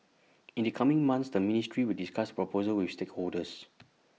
in the coming months the ministry will discuss proposal with stakeholders